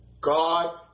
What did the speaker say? God